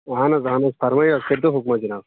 اَہن حظ اَہن حظ فرمأیوٗ حظ کٔرۍ تو حُکما جناب